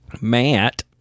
Matt